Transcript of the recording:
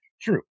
true